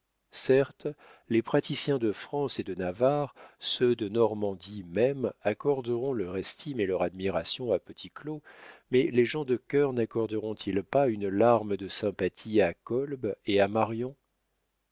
certes les praticiens de france et de navarre ceux de normandie même accorderont leur estime et leur admiration à petit claud mais les gens de cœur naccorderont ils pas une larme de sympathie à kolb et à marion